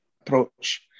approach